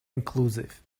inclusive